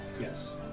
Yes